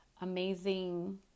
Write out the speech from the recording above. amazing